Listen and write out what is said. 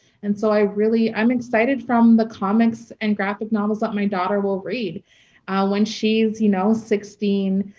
and so i really i am excited from the comics and graphic novels that my daughter will read when she is, you know, sixteen,